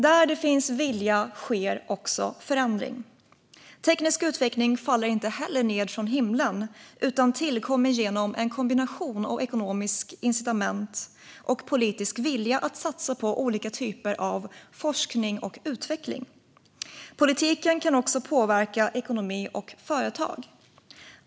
Där det finns vilja sker också förändring. Teknisk utveckling faller inte ned från himlen utan tillkommer genom en kombination av ekonomiska incitament och politisk vilja att satsa på olika typer av forskning och utveckling. Politiken kan också påverka ekonomi och företag.